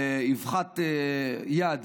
באבחת יד,